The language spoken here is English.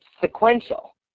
sequential